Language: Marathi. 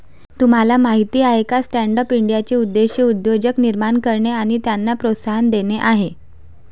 तुम्हाला माहीत आहे का स्टँडअप इंडियाचे उद्दिष्ट उद्योजक निर्माण करणे आणि त्यांना प्रोत्साहन देणे आहे